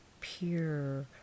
pure